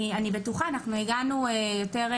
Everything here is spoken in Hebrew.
אני בטוחה, אנחנו הגענו יותר,